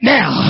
now